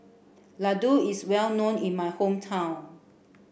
Laddu is well known in my hometown